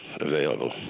available